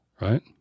Right